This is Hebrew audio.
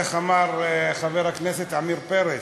איך אמר חבר הכנסת עמיר פרץ,